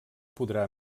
podrà